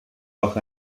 auch